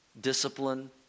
discipline